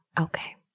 okay